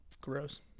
Gross